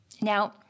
Now